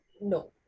no